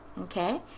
Okay